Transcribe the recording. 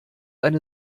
eine